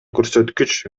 көрсөткүч